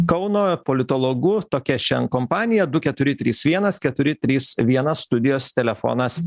kauno politologu tokia šian kompanija du keturi trys vienas keturi trys vienas studijos telefonas